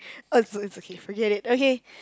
uh it's it's okay forget it okay